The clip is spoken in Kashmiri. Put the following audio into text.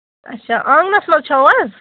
اَچھا آنگنَس منٛز چھَو حظ